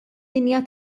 dinja